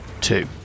two